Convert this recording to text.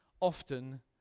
often